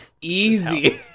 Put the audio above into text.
easy